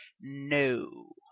no